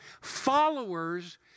Followers